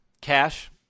Cash